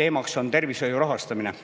teemaks on tervishoiu rahastamine.